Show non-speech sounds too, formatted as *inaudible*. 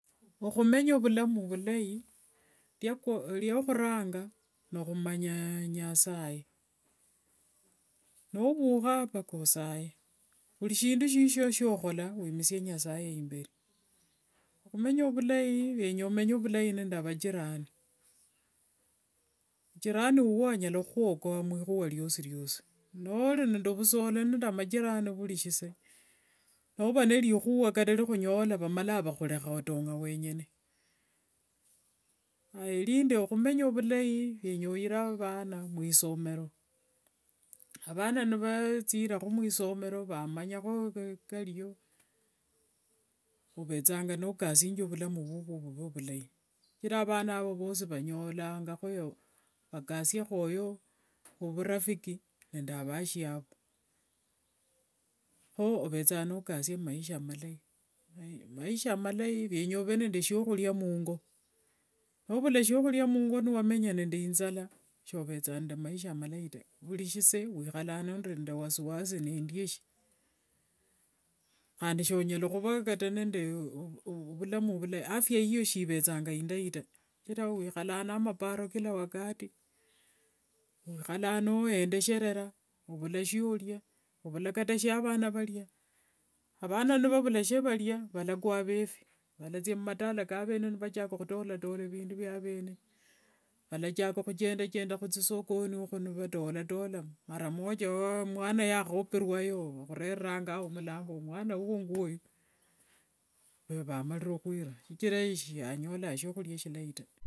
Ohumenya ovulamu vulayi, *hesitation* shishyo shiohola mpaka wiimisie nyasaye imberi, ohumenya ovulayi hwenya omenye ovulayi navajirani, jirani uwo anyala huhuokoriohuranga nohumanya nyasaye, novuha mpaka osayee, vuri shinduwa hurihuwa riosiriosi, nori nde vusole nende majirani vuri sise, nova nerihuwa kata rihunyola vamalanga vahureha otong'a weng'ene. Aaya rindi ohumenya ovulayi kenya oire vana murisomero, avana nivatsireho mwisomero vamanyaho kariyo ovetsanga nokasinjya ovulamu vuvo vuve vulayi, shichira vana avo vosi vanyolahoyo vakasiehoyo vurafiki nende avashiavu, ho ovetsanga nokasia maisha malayi, maisha malayi vienya ove nende viahuria mungo, nouma viahuria mungo niwamenya nde inzala, shovetsanga nde maisha malayi ta, vuri shise wiihalanga nori nde wasiwasi niindyeshi, handi shola huva kata *hesitation* nde vulamu vulayi ta, afya yao sivetsanga indayi ta, shichira wihalanga namaparo kila wakati, wihala noyendesherera, ouma shioria, ouma kata shia vana varia, avana nivavula shiavaria, valakwa avefi, valatsia mumatala kavene nivachaka hutola vindu vya vene, valachaka huchenda hutsisokoni uhu nivatolatola, mara moja mwana oyo yahooperwayo vahureranga ao mulambo mwana wo ngwoyu amarire huirwa, shichira shaalonga shiohuria shilayi ta.